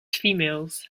females